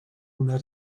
una